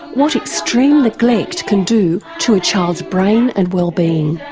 what extreme neglect can do to a child's brain and wellbeing.